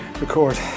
record